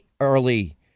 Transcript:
early